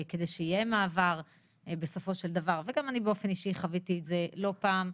כדי שיהיה מעבר בסופו של דבר וגם אני באופן אישי חוויתי את זה לא פעם,